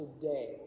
today